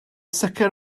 sicr